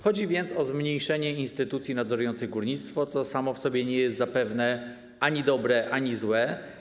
Chodzi więc o zmniejszenie liczby instytucji nadzorujących górnictwo, co samo w sobie nie jest zapewne ani dobre, ani złe.